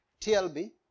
TLB